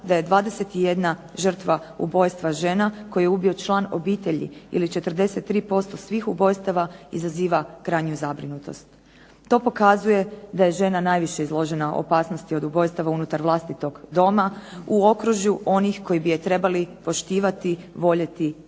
da je 21 žrtva ubojstva žena koje je ubio član obitelji, ili 43% svih ubojstava izaziva krajnju zabrinutost. To pokazuje da je žena najviše izložena opasnosti od ubojstava unutar vlastitog doma, u okružju onih koji bi je trebali poštivati, voljeti